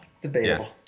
debatable